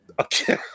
Okay